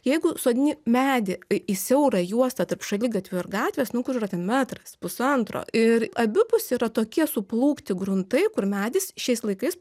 jeigu sodini medį į siaurą juostą tarp šaligatvio ir gatvės nu kur yra ten metras pusantro ir abipus yra tokie suplūkti gruntai kur medis šiais laikais